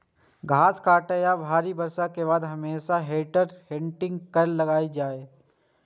घास काटै या भारी बर्षा के बाद हमेशा हे टेडर टेडिंग कैल जाइ छै